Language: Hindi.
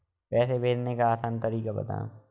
पैसे भेजने का आसान तरीका बताए?